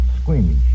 squeamish